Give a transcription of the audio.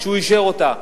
שהוא אישר אותה,